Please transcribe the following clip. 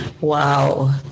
Wow